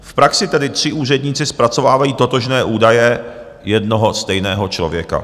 V praxi tedy tři úředníci zpracovávají totožné údaje jednoho stejného člověka.